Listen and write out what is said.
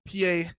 PA